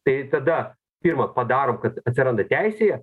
tai tada pirma padarom kad atsiranda teisėje